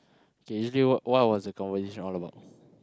okay usually what what was the conversation all about